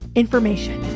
information